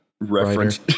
reference